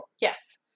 Yes